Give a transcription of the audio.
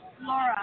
Laura